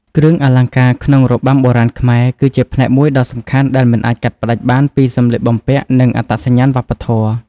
គ្រឿងអលង្ការក្នុងរបាំបុរាណខ្មែរ គឺជាផ្នែកមួយដ៏សំខាន់ដែលមិនអាចកាត់ផ្ដាច់បានពីសម្លៀកបំពាក់ និងអត្តសញ្ញាណវប្បធម៌។